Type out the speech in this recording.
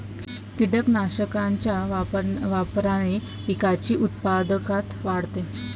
कीटकनाशकांच्या वापराने पिकाची उत्पादकता वाढते